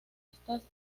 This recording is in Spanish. estas